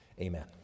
amen